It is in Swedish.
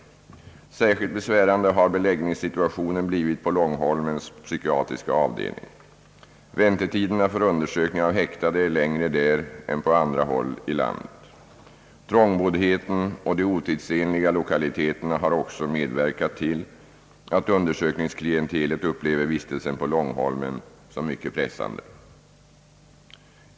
Särskilt besvärande har beläggningssituationen blivit på Långholmsanstaltens psykiatriska avdelning. Väntetiderna för undersökning av häktade är längre där än på andra håll i landet. Trångboddheten och de otidsenliga 1okaliteterna har också medverkat till att undersökningsklientelet upplever vistelsen på Långholmen som mycket pressande.